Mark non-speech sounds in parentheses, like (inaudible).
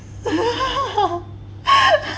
(laughs)